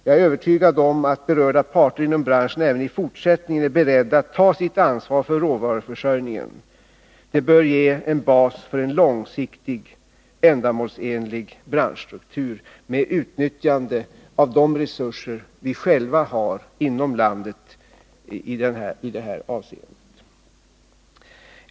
Jag är övertygad om att berörda parter inom branschen även i fortsättningen är beredda att ta sitt ansvar för råvaruförsörjningen. Det bör ge en bas för en långsiktigt ändamålsenlig branschstruktur med utnyttjande av de resurser vi själva har inom landet i det här avseendet.